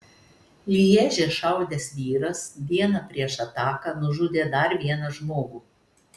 lježe šaudęs vyras dieną prieš ataką nužudė dar vieną žmogų